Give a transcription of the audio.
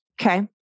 Okay